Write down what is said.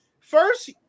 First